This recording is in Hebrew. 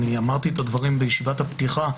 אמרתי את הדברים בישיבת הפתיחה,